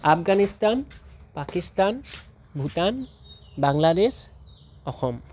Afghanistan Pakistan Bhutan Bangladesh Assam